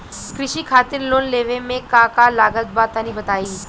कृषि खातिर लोन लेवे मे का का लागत बा तनि बताईं?